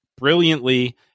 brilliantly